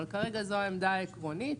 אבל כרגע זו העמדה העקרונית.